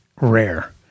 rare